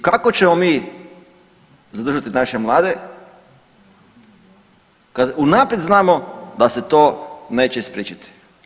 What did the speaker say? I kako ćemo mi zadržati naše mlade kad unaprijed znamo da se to neće spriječiti.